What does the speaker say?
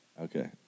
Okay